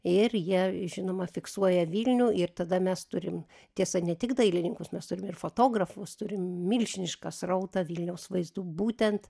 ir jie žinoma fiksuoja vilnių ir tada mes turim tiesa ne tik dailininkus mes turime ir fotografus turim milžinišką srautą vilniaus vaizdų būtent